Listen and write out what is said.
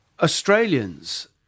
Australians